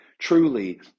truly